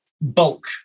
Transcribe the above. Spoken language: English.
bulk